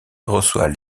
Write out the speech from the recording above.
reçoit